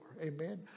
Amen